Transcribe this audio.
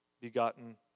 begotten